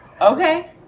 Okay